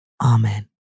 Amen